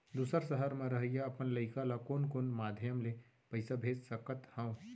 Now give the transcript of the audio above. दूसर सहर म रहइया अपन लइका ला कोन कोन माधयम ले पइसा भेज सकत हव?